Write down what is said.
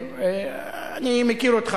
אני מכיר אותך.